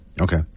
Okay